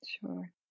Sure